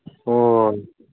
ꯍꯣꯏ